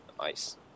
Nice